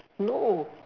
no